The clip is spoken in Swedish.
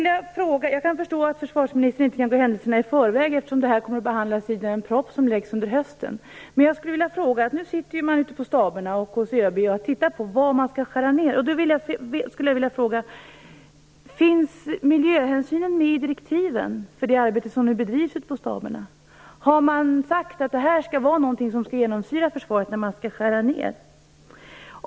Jag förstår att försvarsministern inte kan gå händelserna i förväg eftersom den här frågan kommer att behandlas i den proposition som läggs fram under hösten. Men jag skulle ändå vilja ställa en fråga. Nu tittar ju staberna och ÖB på var nedskärningarna skall göras. Jag undrar då: Finns miljöhänsynen med i direktiven för det arbete som nu bedrivs ute på staberna? Har man sagt att det skall vara något som skall genomsyra Försvaret när nedskärningar skall göras?